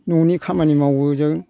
न'नि खामानि मावो जों